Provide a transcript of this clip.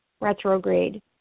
retrograde